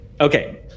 Okay